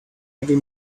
every